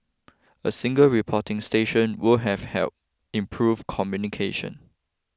a single reporting station would have help improve communication